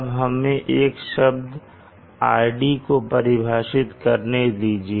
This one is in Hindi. अब हमें एक शब्द RD को परिभाषित करने दीजिए